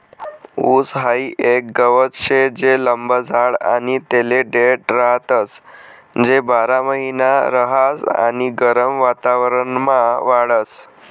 ऊस हाई एक गवत शे जे लंब जाड आणि तेले देठ राहतस, ते बारामहिना रहास आणि गरम वातावरणमा वाढस